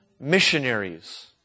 missionaries